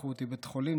לקחו אותי לבית חולים,